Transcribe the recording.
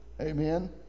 Amen